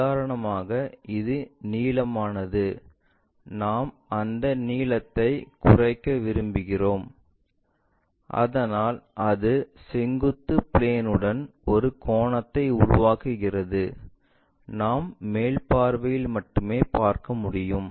உதாரணமாக இது நீளமானது நாம் அந்த நீளத்தை குறைக்க விரும்புகிறோம் அதனால் அது செங்குத்து பிளேன்உடன் ஒரு கோணத்தை உருவாக்குகிறது நாம் மேல் பார்வையில் மட்டுமே பார்க்க முடியும்